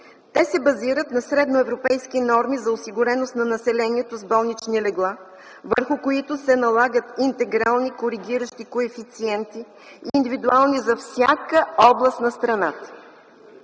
Те се базират на средноевропейски норми за осигуреност на населението с болнични легла, върху които се налагат интегрални коригиращи коефициенти, индивидуални за всяка област на страната.